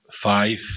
five